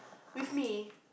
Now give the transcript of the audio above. with me